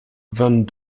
vingt